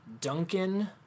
Duncan